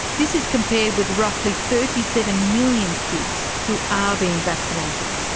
this is compared with roughly thirty seven million kids who are being vaccinated.